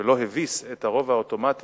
לא הביס את הרוב האוטומטי